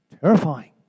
Terrifying